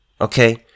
Okay